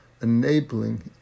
enabling